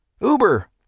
Uber